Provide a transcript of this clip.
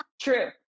True